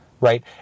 Right